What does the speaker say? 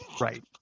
right